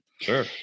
Sure